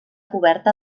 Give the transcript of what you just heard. coberta